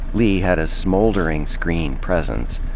lee had a smoldering screen presence.